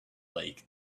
lake